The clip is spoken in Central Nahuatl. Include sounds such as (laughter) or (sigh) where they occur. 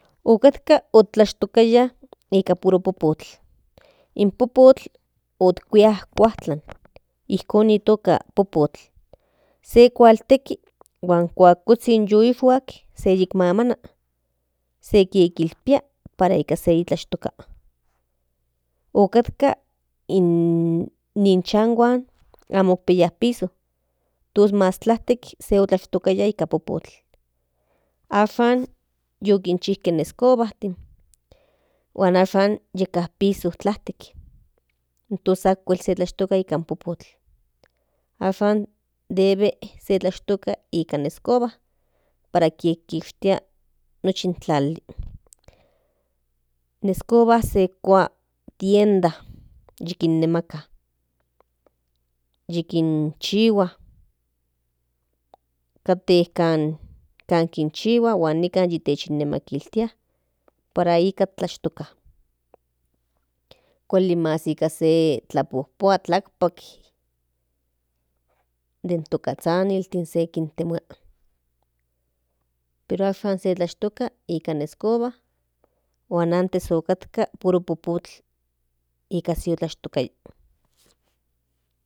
Otkatka ni tlashtokiaya nikan puro popotl in popotl otkuiaia kuajtlan (noise) inkon nitoka popotl se kualteki huan cuando se yi ishhuak se yimamana se kilipia para kintlashtoka otkatka ni chanhuan amo ikpiaya piso tos mas tlaktek se itlashtokiaya nikaan popotl ashan yiu kinchijke in escoba huan ashan yipia piso in ichan tos entos amo okuel tlashtoka nikan popotl ashan debe tlashtoka nikan in escobantin para kishtia nochi in tlali in escoba se kinkua nipan tienda yikinnemaka yikinchihuan kate yikinchihua huan nikan yikinamakiltia para ikan tlashtoka kuali para tlajpopua tlakpak deno casaniltin se kintemua ashan tlashtoka nikan escoba huan antes nikan puro popotl nikan se tlashtokiaya.